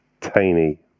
tiny